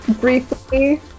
briefly